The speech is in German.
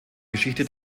geschichte